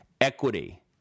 equity